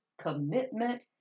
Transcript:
commitment